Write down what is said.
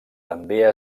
també